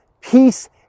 peace